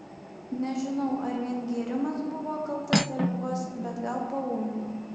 nežinau ar vien gėrimas buvo kaltas dėl ligos bet gal paūmino